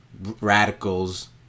radicals